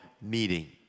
meeting